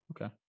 Okay